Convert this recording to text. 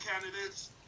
candidates